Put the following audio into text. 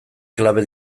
klabe